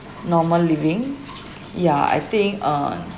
normal living yeah I think uh